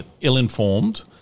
ill-informed